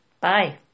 Bye